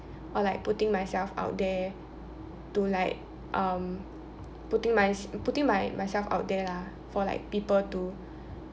or like putting myself out there to like um putting mys~ putting my myself out there lah for like people to